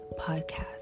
podcast